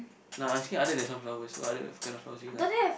nah I asking other than sunflowers what other kind of flowers do you like